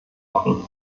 offen